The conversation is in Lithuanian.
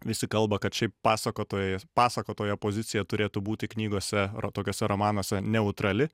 visi kalba kad šiaip pasakotoja pasakotojo pozicija turėtų būti knygose tokiuose romanuose neutrali